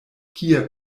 kie